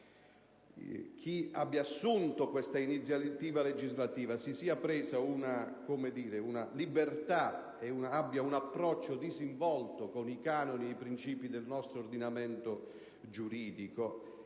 chi ha assunto questa iniziativa legislativa si sia preso una libertà e abbia un approccio disinvolto con i canoni e i princìpi del nostro ordinamento giuridico.